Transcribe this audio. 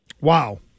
Wow